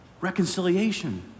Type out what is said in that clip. reconciliation